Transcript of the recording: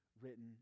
written